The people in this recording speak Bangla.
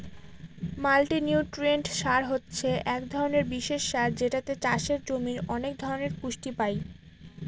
মাল্টিনিউট্রিয়েন্ট সার হছে এক ধরনের বিশেষ সার যেটাতে চাষের জমির অনেক ধরনের পুষ্টি পাই